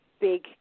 big